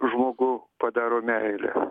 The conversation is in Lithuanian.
žmogų padaro meilė